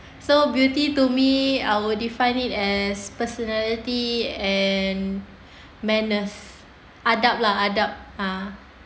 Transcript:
so beauty to me I would define it as personality and manners adab lah adab e~